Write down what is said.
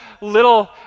little